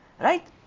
right